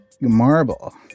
marble